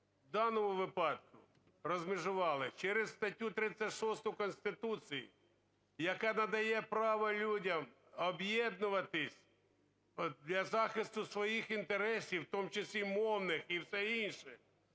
в даному випадку розмежували через статтю 36 Конституції, яка надає право людям об'єднуватися для захисту своїх інтересів, в тому числі мовних, і все інше,